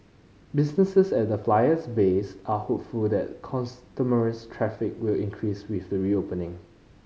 businesses at the Flyer's base are hopeful that customer traffic will increase with the reopening